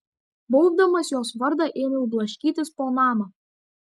baubdamas jos vardą ėmiau blaškytis po namą